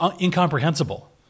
incomprehensible